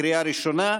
לקריאה ראשונה,